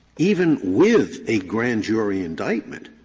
even with a grand jury indictment,